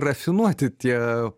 rafinuoti tie